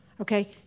Okay